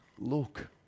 look